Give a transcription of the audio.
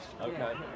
Okay